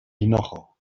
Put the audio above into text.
hinojo